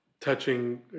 touching